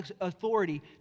authority